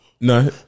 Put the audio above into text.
No